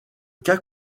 cas